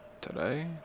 Today